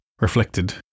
reflected